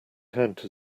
count